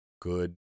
good